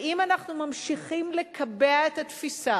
ואם אנחנו ממשיכים לקבע את התפיסה